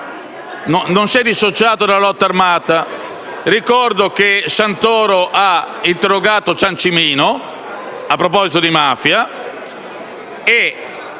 è mai dissociato dalla lotta armata. Ricordo inoltre che Santoro ha interrogato Ciancimino a proposito di mafia.